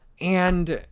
and